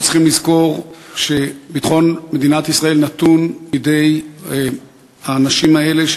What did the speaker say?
אנחנו צריכים לזכור שביטחון מדינת ישראל נתון בידי האנשים האלה,